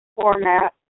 format